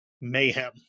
mayhem